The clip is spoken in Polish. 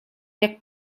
jak